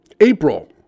April